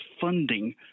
funding